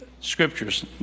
scriptures